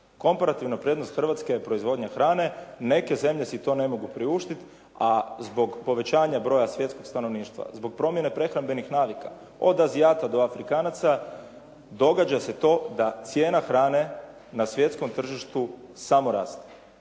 Komparativna prednost Hrvatske je proizvodnja hrane, neke zemlje si to ne mogu priuštiti, a zbog povećanja broja svjetskog stanovništva. Zbog promjene prehrambenih navika od Azijata do Afrikanaca događa se to da cijena hrane na svjetskom tržištu samo raste